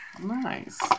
Nice